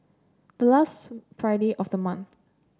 the last Friday of the month